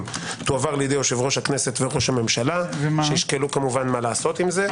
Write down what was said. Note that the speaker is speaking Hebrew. תועבר לידי יושב-ראש הכנסת וראש הממשלה שישקלו מה לעשות עם זה.